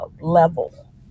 level